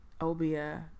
Obia